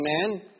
Amen